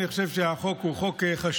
אני חושב שהחוק הוא חשוב,